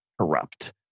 corrupt